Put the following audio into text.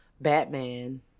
Batman